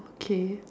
okay